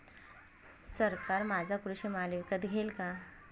सरकार माझा कृषी माल विकत घेईल का?